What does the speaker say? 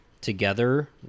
together